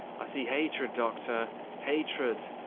i see hatred doctor hatred,